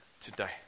today